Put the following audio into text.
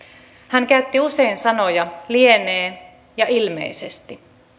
hän käytti usein sanoja lienee ja ilmeisesti